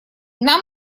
нам